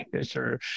Sure